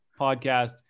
podcast